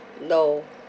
no